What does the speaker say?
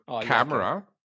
camera